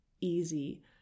easy